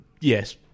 Yes